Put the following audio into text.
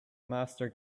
master